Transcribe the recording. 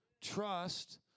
Trust